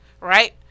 right